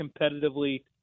competitively